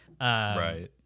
Right